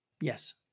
Yes